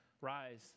rise